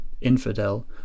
infidel